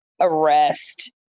arrest